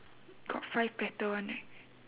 got five petal one right